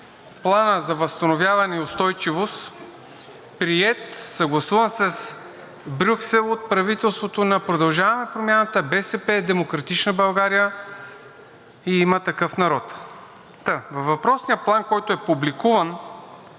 Планът за възстановяване и устойчивост, приет, съгласуван с Брюксел от правителството на „Продължаваме Промяната“, БСП, „Демократична България“ и „Има такъв народ“. Във въпросния план, който е публикуван